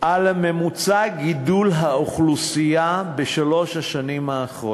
על ממוצע גידול האוכלוסייה בשלוש השנים האחרונות.